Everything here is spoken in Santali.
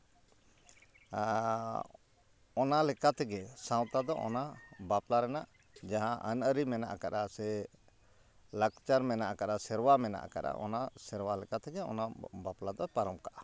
ᱚᱱᱟ ᱞᱮᱠᱟ ᱛᱮᱜᱮ ᱥᱟᱶᱛᱟ ᱫᱚ ᱚᱱᱟ ᱵᱟᱯᱞᱟ ᱨᱮᱱᱟᱜ ᱡᱟᱦᱟᱸ ᱟᱹᱱᱼᱟᱹᱨᱤ ᱢᱮᱱᱟᱜ ᱟᱠᱟᱫᱼᱟ ᱥᱮ ᱞᱟᱠᱪᱟᱨ ᱢᱮᱱᱟᱜ ᱟᱠᱟᱫᱼᱟ ᱥᱮᱨᱣᱟ ᱢᱮᱱᱟᱜ ᱟᱠᱟᱫᱼᱟ ᱚᱱᱟ ᱥᱮᱨᱣᱟ ᱞᱮᱠᱟ ᱛᱮᱜᱮ ᱚᱱᱟ ᱵᱟᱯᱞᱟ ᱫᱚ ᱯᱟᱨᱚᱢ ᱠᱟᱜᱼᱟ